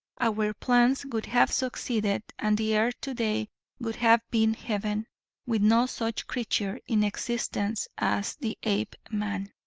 our plans would have succeeded and the earth today would have been heaven with no such creature in existence as the apeman.